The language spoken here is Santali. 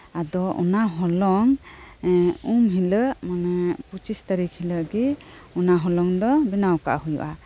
ᱟᱫᱚ ᱚᱱᱟ ᱦᱚᱞᱚᱝ ᱩᱢ ᱦᱤᱞᱟᱹᱜ ᱢᱟᱱᱮ ᱯᱩᱪᱤᱥ ᱛᱟᱹᱨᱤᱠᱷ ᱦᱤᱞᱟᱹᱜ ᱜᱤ ᱚᱱᱟ ᱦᱚᱞᱚᱝ ᱫᱚ ᱵᱮᱱᱟᱣ ᱠᱟᱜ ᱦᱩᱭᱩᱜᱼᱟ